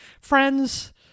friends